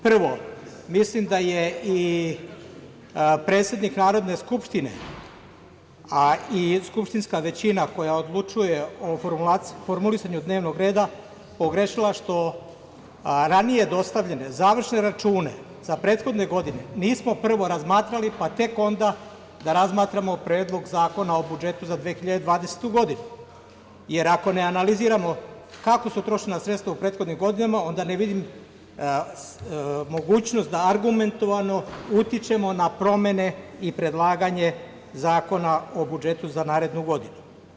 Prvo, mislim da je i predsednik Narodne skupštine, a i skupštinska većina koja odlučuje o formulisanju dnevnog reda, pogrešila što ranije dostavljene završne račune za prethodne godine nismo prvo razmatrali, pa tek onda da razmatramo Predlog zakona o budžetu za 2020. godinu, jer ako ne analiziramo kako su trošena sredstva u prethodnim godinama, onda ne vidim mogućnost da argumentovano utičemo na promene i predlaganje Zakona o budžetu za narednu godinu.